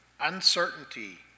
uncertainty